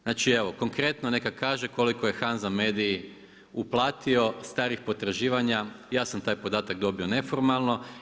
Znači evo konkretno neka kaže koliko je HANZA MEDA-i uplatio starih potraživanja, ja sam taj podatak dobio neformalno.